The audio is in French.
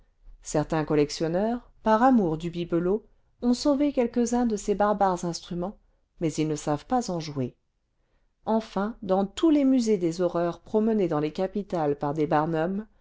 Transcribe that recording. certains collectionneurs par amour du bibelot ont sauvé quelques-uns de ces barbares instruments mais ils ne savent pas en jouer enfin dans tons le vingtième siècle les musées des horreurs promenés dans les capitales par des barnums